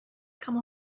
come